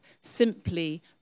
simply